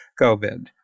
COVID